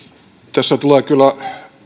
tässä tulee kyllä